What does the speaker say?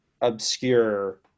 obscure